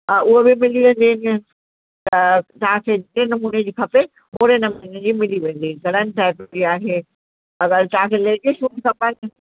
हा उहे बि मिली वेंदियूं आहिनि त तव्हांखे जंहिं नमूने जी खपे ओड़े नमूने जी मिली वेंदी घणनि सेट बि आहे अगरि तव्हांखे लेडीस जूं बि खपनि